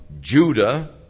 Judah